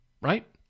Right